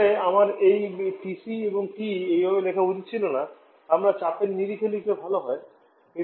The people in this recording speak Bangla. আসলে আমার এই TC এবং TE এইভাবে লেখা উচিত ছিল না আমরা চাপের নিরিখে লিখলে ভাল হয়